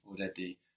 already